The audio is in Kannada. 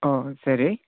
ಹಾಂ ಸರಿ